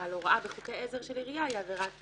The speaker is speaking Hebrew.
על הוראה בחוקי עזר של עירייה היא עבירת קנס.